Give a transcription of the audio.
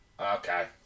Okay